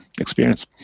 experience